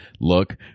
look